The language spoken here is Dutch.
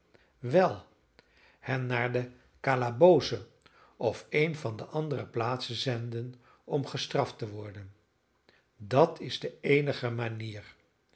wel hen naar den calaboose of een van de andere plaatsen zenden om gestraft te worden dat is de eenige manier